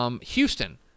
Houston